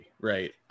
right